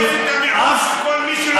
לדרוס את המיעוט ואת כל מי שלא מסכים.